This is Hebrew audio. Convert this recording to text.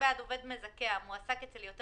עכשיו אני שואל שאלת תם באמת.